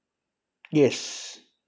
yes